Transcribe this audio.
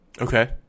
Okay